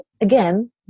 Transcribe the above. again